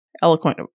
eloquent